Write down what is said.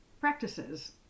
practices